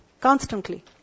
constantly